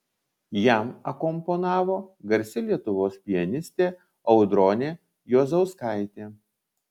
jam akompanavo garsi lietuvos pianistė audronė juozauskaitė